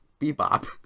bebop